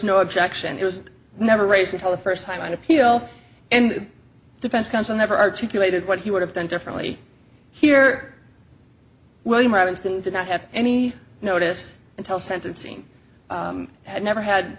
no objection it was never raised until the first time an appeal and defense counsel never articulated what he would have done differently here when robinson did not have any notice until sentencing had never had